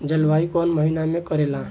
जलवायु कौन महीना में करेला?